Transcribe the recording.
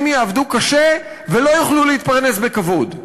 יעבדו קשה ולא יוכלו להתפרנס בכבוד.